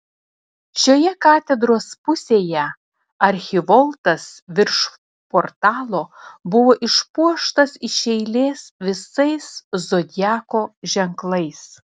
šioje katedros pusėje archivoltas virš portalo buvo išpuoštas iš eilės visais zodiako ženklais